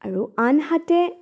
আৰু আনহাতে